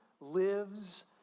lives